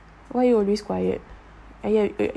why you always quiet